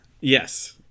Yes